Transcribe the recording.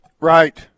Right